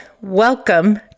welcome